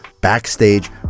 backstage